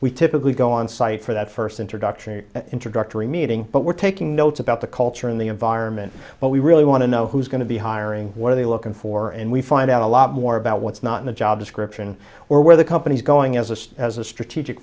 we typically go on site for that first introduction introductory meeting but we're taking notes about the culture in the environment but we really want to know who's going to be hiring what are they looking for and we find out a lot more about what's not in the job description or where the company's going as a as a strategic